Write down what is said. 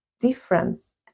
difference